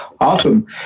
Awesome